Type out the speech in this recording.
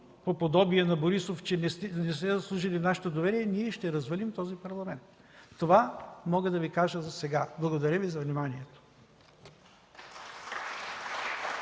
по подобие на Борисов, че не сте заслужили нашето доверие, ние ще развалим този Парламент. Това мога да Ви кажа засега. Благодаря Ви за вниманието.